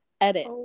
Edit